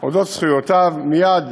על זכויותיו מייד